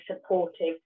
supportive